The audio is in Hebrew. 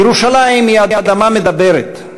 ירושלים היא אדמה מדברת,